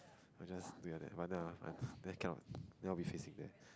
or just wait that one lah then cannot cannot be facing there